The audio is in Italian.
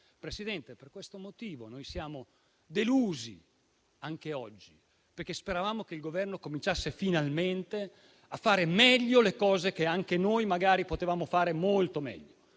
Presidente, per questo motivo siamo delusi anche oggi, perché speravamo che il Governo cominciasse finalmente a fare meglio le cose che anche noi magari potevamo fare molto meglio.